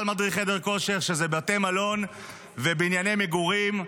מדריך חדר כושר: בתי מלון ובנייני מגורים.